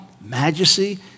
majesty